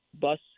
bus